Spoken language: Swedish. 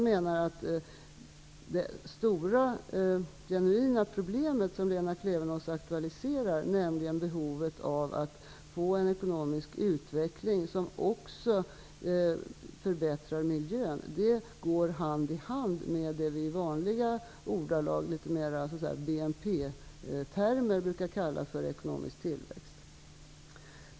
Det stora genuina problem som Lena Klevenås aktualiserar, nämligen behovet att få en ekonomisk utveckling som också förbättrar miljön, går hand i hand med det vi i vanliga ordalag i BNP-termer brukar kalla för ekonomisk tillväxt.